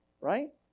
right